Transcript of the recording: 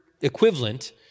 equivalent